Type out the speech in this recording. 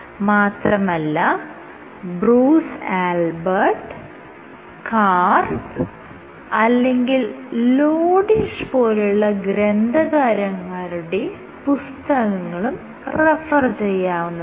മാത്രമല്ല Bruce Albert Karp അല്ലെങ്കിൽ Lodish പോലുള്ള ഗ്രന്ഥകാരന്മാരുടെ പുസ്തകങ്ങളും റഫർ ചെയ്യാവുന്നതാണ്